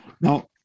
Now